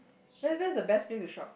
where where's the best place to shop